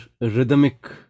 rhythmic